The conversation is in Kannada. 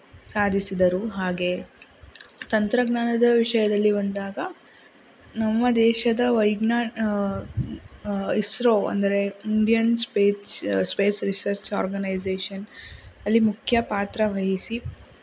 ಸಾಧಿಸಿದರು ಹಾಗೆಯೇ ತಂತ್ರಜ್ಞಾನದ ವಿಷಯದಲ್ಲಿ ಬಂದಾಗ ನಮ್ಮ ದೇಶದ ವೈಜ್ಞಾನ್ ಇಸ್ರೋ ಅಂದರೆ Indian space space research organisation ಅಲ್ಲಿ ಮುಖ್ಯ ಪಾತ್ರವಹಿಸಿ